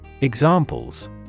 Examples